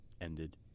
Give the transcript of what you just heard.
ended